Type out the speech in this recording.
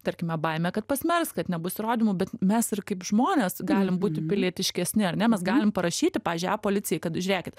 tarkime baimė kad pasmerks kad nebus įrodymų bet mes ir kaip žmonės galim būti pilietiškesni ar ne mes galim parašyti pavyzdžiui e policijai kad žiūrėkit